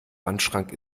wandschrank